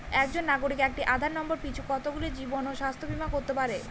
একজন নাগরিক একটি আধার নম্বর পিছু কতগুলি জীবন ও স্বাস্থ্য বীমা করতে পারে?